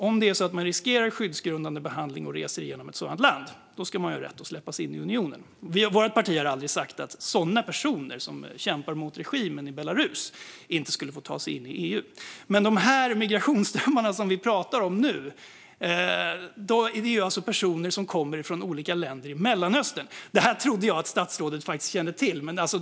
Om man riskerar skyddsgrundande behandling och reser från ett sådant land ska man ha rätt att släppas in i unionen. Vårt parti har aldrig sagt att personer som kämpar mot regimen i Belarus inte skulle få ta sig in i EU. Men de migrationsströmmar vi pratar om nu gäller personer som kommer från olika länder i Mellanöstern. Det trodde jag faktiskt att statsrådet kände till.